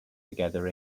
together